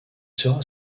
sera